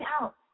out